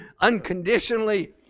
unconditionally